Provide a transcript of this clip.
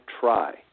try